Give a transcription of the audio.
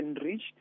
enriched